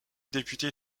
député